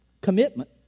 commitment